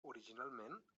originalment